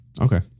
Okay